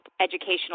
educational